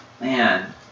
Man